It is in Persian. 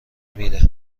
میره